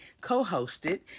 co-hosted